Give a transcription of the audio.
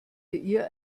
ihr